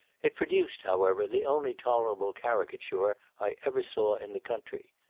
it produced, however, the only tolerable caricature i ever saw in the country.